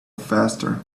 faster